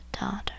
daughter